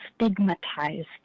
stigmatized